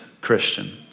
christian